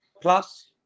Plus